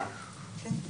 כן.